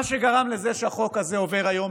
מה שגרם לזה שהחוק הזה עובר היום,